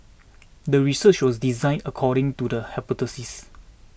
the research was designed according to the hypothesis